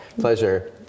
Pleasure